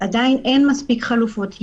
עדיין אין מספיק חלופות.